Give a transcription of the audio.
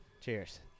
cheers